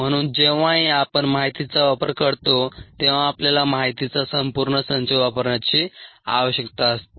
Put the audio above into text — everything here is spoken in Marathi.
म्हणून जेव्हाही आपण माहितीचा वापर करतो तेव्हा आपल्याला माहितीचा संपूर्ण संच वापरण्याची आवश्यकता असते